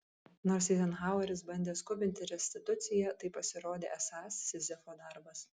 nors eizenhaueris bandė skubinti restituciją tai pasirodė esąs sizifo darbas